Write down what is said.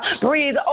Breathe